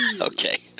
Okay